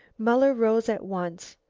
muller rose at once.